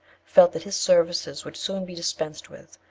felt that his services would soon be dispensed with,